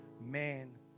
man